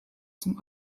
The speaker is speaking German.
zum